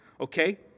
Okay